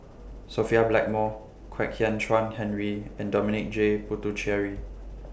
Sophia Blackmore Kwek Hian Chuan Henry and Dominic J Puthucheary